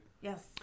Yes